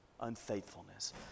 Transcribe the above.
unfaithfulness